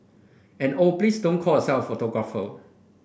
and oh please don't call yourself a photographer